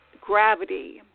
gravity